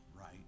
right